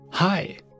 Hi